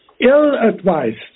ill-advised